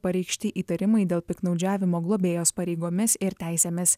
pareikšti įtarimai dėl piktnaudžiavimo globėjos pareigomis ir teisėmis